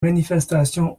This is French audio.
manifestations